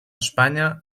espanya